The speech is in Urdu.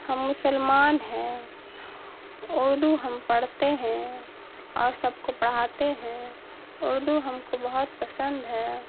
ہم مسلمان ہیں اردو ہم پڑھتے ہیں اور سب کو پڑھاتے ہیں اردو ہم کو بہت پسند ہے